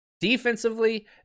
Defensively